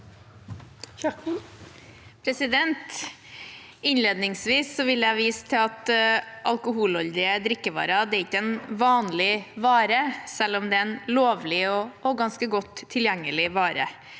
Innledningsvis vil jeg vise til at alkoholholdige drikkevarer ikke er en vanlig vare, selv om det er en lovlig og ganske godt tilgjengelig vare.